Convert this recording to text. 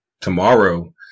tomorrow